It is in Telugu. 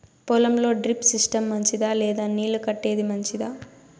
పొలం లో డ్రిప్ సిస్టం మంచిదా లేదా నీళ్లు కట్టేది మంచిదా?